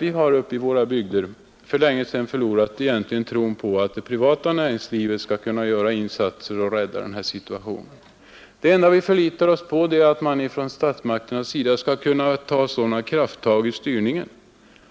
Vi har uppe i våra bygder egentligen för länge sedan förlorat tron på att det privata näringslivet skall kunna göra insatser och rädda situationen. Det enda vi förlitar oss på är att statsmakterna skall ta sådana krafttag i styrningen